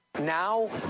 Now